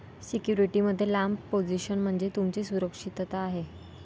security मध्ये लांब position म्हणजे तुमची सुरक्षितता आहे